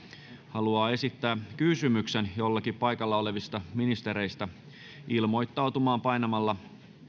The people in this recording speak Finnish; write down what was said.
haluavat esittää kysymyksen jollekin paikalla olevista ministereistä ilmoittautumaan painamalla